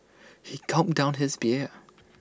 he gulped down his beer